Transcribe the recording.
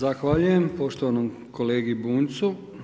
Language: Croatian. Zahvaljujem poštovanom kolegi Bunjcu.